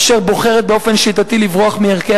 אשר בוחרת באופן שיטתי לברוח מערכי